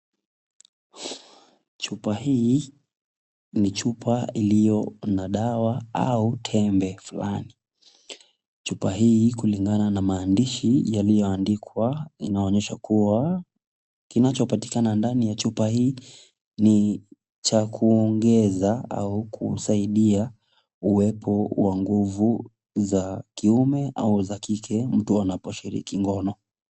Chupa hii ni chupa iliyo na dawa au tembe fulani. Chupa hii kulingana na maandishi yaliyoandikwa, inaonyesha kuwa kinachopatikana ndani ya chupa hii ni cha kuongeza au kusaidia uwepo wa nguvu za kiume au za kike mtu anaposhiriki ngono.